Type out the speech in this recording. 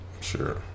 Sure